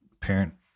parent